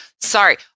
Sorry